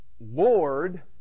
Lord